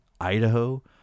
Idaho